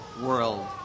world